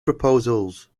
proposals